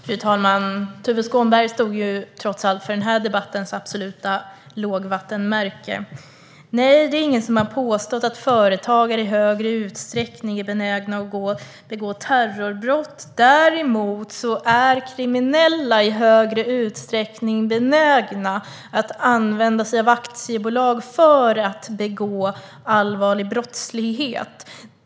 Fru talman! Tuve Skånberg stod för den här debattens absoluta lågvattenmärke. Det är ingen som har påstått att företagare i större utsträckning är benägna att begå terrorbrott. Däremot är kriminella i högre grad benägna att använda aktiebolag för att begå allvarlig brottslighet.